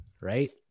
Right